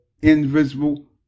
invisible